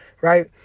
right